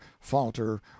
falter